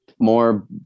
more